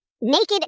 naked